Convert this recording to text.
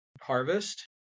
harvest